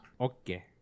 Okay